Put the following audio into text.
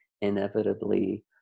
inevitably